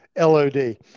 LOD